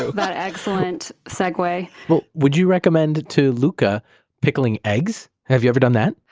that excellent segue would you recommend to luca pickling eggs? have you ever done that?